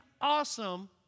awesome